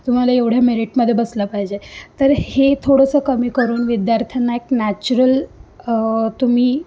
तुम्हाला एवढ्या मेरीटमध्ये बसला पाहिजे तर हे थोडंसं कमी करून विद्यार्थ्यांना एक नॅचरल तुम्ही